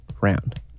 round